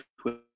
Twitter